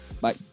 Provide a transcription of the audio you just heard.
Bye